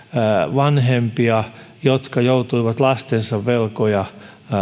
vanhempia jotka joutuivat lastensa velkoja